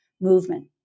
movement